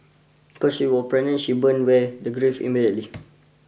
because she was pregnant she burns were grafted immediately